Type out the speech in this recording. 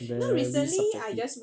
very subjective